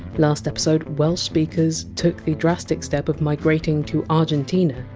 last episode, welsh speakers took the drastic step of migrating to argentina.